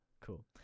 Cool